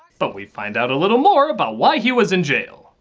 but we find out a little more about why he was in jail.